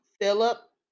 Philip